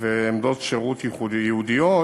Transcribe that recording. ועמדות שירות ייעודיות